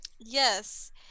yes